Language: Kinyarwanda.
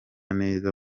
neza